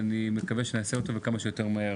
ואני מקווה שניישם אותו כמה שיותר מהר.